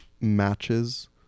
matches